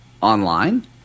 online